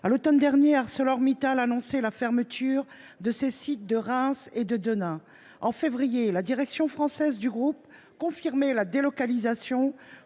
À l'automne dernier, ArcelorMittal a annoncé la fermeture de ses sites de Reims et de Denain. En février, la direction française du groupe confirmait la délocalisation